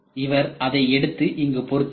அவர் அதை எடுத்து இங்கு பொருந்துவார்